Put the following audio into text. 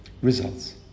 Results